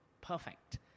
Perfect